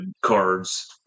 Cards